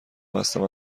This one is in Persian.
بستم